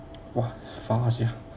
!wah! far sia